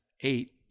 eight